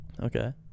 okay